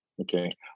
Okay